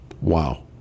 Wow